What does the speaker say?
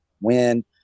win